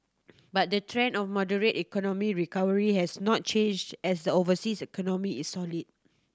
but the trend of moderate economy recovery has not changed as the overseas economy is solid